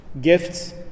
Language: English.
gifts